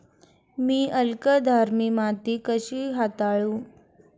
मी अल्कधर्मी माती कशी हाताळू?